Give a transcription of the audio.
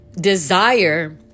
desire